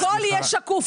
הכול יהיה שקוף.